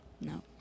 No